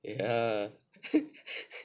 ya